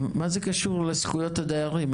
מה זה קשור לזכויות הדיירים?